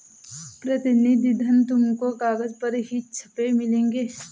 प्रतिनिधि धन तुमको कागज पर ही छपे मिलेंगे